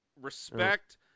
respect